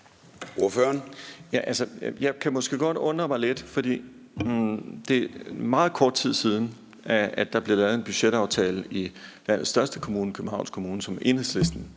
Jeg kan måske godt undre mig lidt, for det er meget kort tid siden, at vi lavede en budgetaftale i landets største kommune, nemlig Københavns Kommune, og Enhedslisten